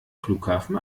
flughafen